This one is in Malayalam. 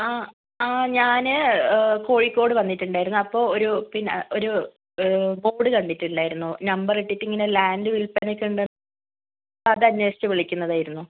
ആ ആ ഞാന് കോഴിക്കോട് വന്നിട്ടുണ്ടായിരുന്നു അപ്പോൾ ഒരു പിന്നെ ഒരു ബോർഡ് കണ്ടിട്ടുണ്ടായിരുന്നു നമ്പർ ഇട്ടിട്ട് ഇങ്ങനെ ലാൻഡ് വിൽപ്പനക്കുണ്ട് അത് അന്വേഷിച്ച് വിളിക്കുന്നതായിരുന്നു